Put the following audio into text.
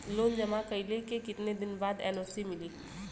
Loan जमा कइले के कितना दिन बाद एन.ओ.सी मिली?